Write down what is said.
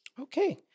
Okay